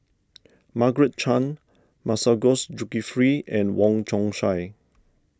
Margaret Chan Masagos Zulkifli and Wong Chong Sai